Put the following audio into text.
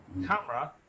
camera